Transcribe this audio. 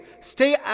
stay